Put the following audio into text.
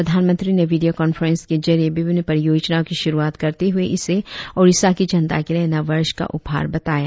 प्रधानमंत्री ने video conference के जरिये विभिन्न परियोजनाओं की शुरुआत करते हुए इसे ओडिशा की जनता के लिये नववर्ष का उपहार बताया